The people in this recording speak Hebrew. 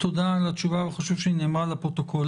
תודה על התשובה, וחשוב שהיא נאמרה לפרוטוקול.